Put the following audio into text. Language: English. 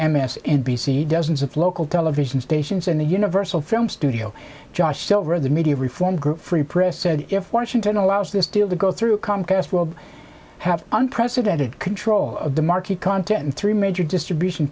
c n b c dozens of local television stations and the universal film studio josh silver the media reform group free press said if washington allows this deal to go through comcast world have unprecedented control of the market content in three major distribution